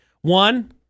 One